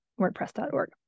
wordpress.org